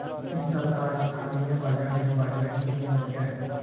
इस सप्ताह स्थानीय बाज़ार में बाजरा की कीमत क्या है?